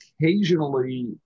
occasionally